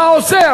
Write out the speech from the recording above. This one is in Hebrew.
מה הוא עושה?